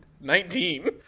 Nineteen